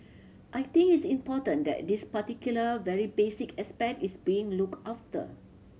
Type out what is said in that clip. I think it's important that this particular very basic aspect is being looked after